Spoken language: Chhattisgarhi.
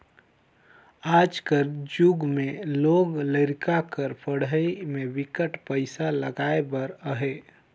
आज कर जुग में लोग लरिका कर पढ़ई में बिकट पइसा लगाए बर अहे